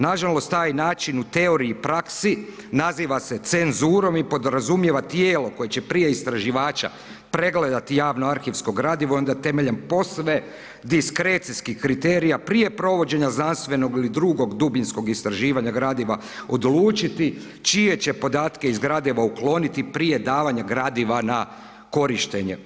Na žalost taj način u teoriji i praksi naziva se cenzurom i podrazumijeva tijelo koje će prije istraživača pregledati javno arhivsko gradivo i onda temeljem posve diskrecijskih kriterija prije provođenja znanstvenog ili drugog dubinskog istraživanja gradiva odlučiti čije će podatke iz gradiva otkloniti prije davanja gradiva na korištenje.